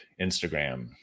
Instagram